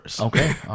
Okay